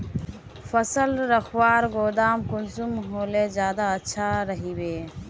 फसल रखवार गोदाम कुंसम होले ज्यादा अच्छा रहिबे?